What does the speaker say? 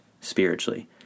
spiritually